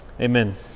Amen